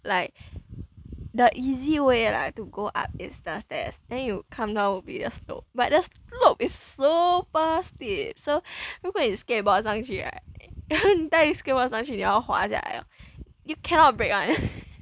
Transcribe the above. like the easy way lah to go up is the stairs then you come down would be a slope but the slope is super steep so 如果你 skateboard 上去 right 然后你带你 skateboard 上去你要滑下来 you cannot break [one]